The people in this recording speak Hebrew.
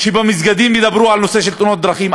שבמסגדים ידברו על הנושא של תאונות דרכים.